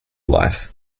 life